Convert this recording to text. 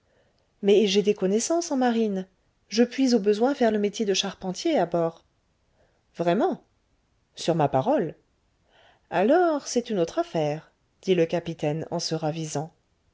mais j'ai des connaissances en marine je puis au besoin faire le métier de charpentier à bord vraiment sur ma parole alors c'est une autre affaire dit le capitaine en se ravisant